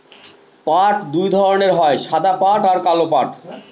পাট দুই ধরনের হয় সাদা পাট আর কালো পাট